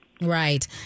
Right